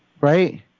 Right